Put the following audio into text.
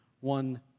one